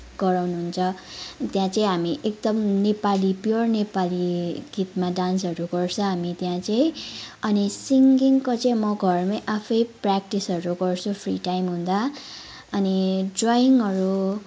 गराउनुहुन्छ त्यहाँ चाहिँ हामी एकदम नेपाली प्युर नेपाली गीतमा डान्सहरू गर्छ हामी त्यहाँ चाहिँ अनि सिङ्गिङको चाहिँ म आफै घरमा प्र्याक्टिसहरू गर्छु फ्री टाइम हुँदा अनि ड्रइङहरू